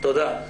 תודה.